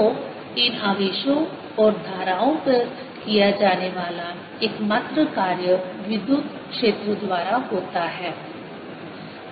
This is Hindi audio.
तो इन आवेशों और धाराओं पर किया जाने वाला एकमात्र कार्य विद्युत क्षेत्र द्वारा होता है